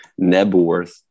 Nebworth